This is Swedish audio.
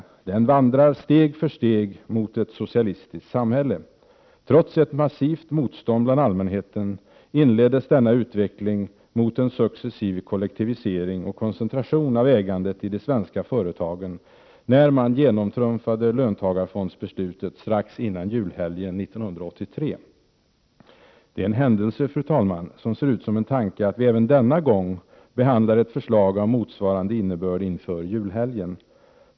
Den vandrar steg för steg mot ett socialistiskt samhälle. Trots ett massivt motstånd bland allmänheten inleddes denna utveckling mot en successiv kollektivisering och koncentration av ägandet i de svenska företagen när man genomtrumfade löntagarfondsbeslutet strax före julhelgen 1983. Det är en händelse, fru talman, som ser ut som en tanke att vi även denna gång behandlar ett förslag av motsvarande innebörd inför julhelgen.